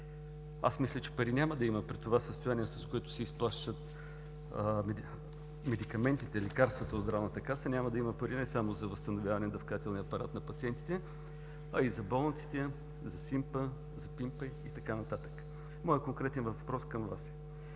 Аз мисля, че пари няма да има при това състояние, с което се изплащат медикаментите, лекарствата от Здравната каса, няма да има пари не само за възстановяване на дъвкателния апарат на пациентите, а и за болниците, за симпа, за пимпа и така нататък. Моят конкретен въпрос към Вас е: